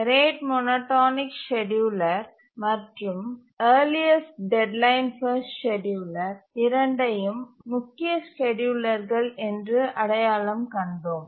rate monotonic scheduler மற்றும் earliest deadline first scheduler இரண்டையும் முக்கிய ஸ்கேட்யூலர்கள் என்று அடையாளம் கண்டோம்